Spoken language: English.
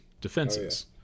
defenses